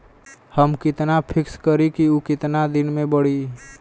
हम कितना फिक्स करी और ऊ कितना दिन में बड़ी?